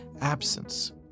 absence